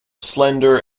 slender